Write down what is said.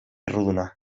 erruduna